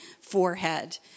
forehead